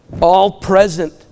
all-present